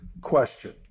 question